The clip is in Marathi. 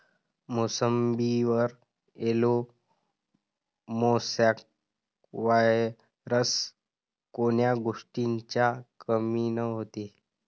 मोसंबीवर येलो मोसॅक वायरस कोन्या गोष्टीच्या कमीनं होते?